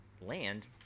land